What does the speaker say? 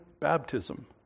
baptism